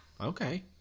Okay